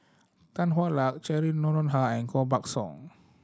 Tan Hwa Luck Cheryl Noronha and Koh Buck Song